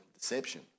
deception